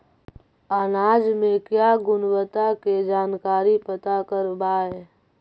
अनाज मे क्या गुणवत्ता के जानकारी पता करबाय?